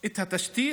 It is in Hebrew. את התשתית.